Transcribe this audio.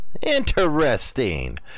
interesting